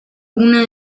una